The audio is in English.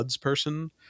person